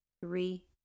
three